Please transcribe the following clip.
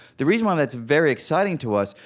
the reason why that's very exciting to us,